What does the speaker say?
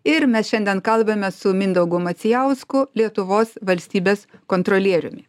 ir mes šiandien kalbame su mindaugu macijausku lietuvos valstybės kontrolieriumi